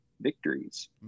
victories